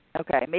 Okay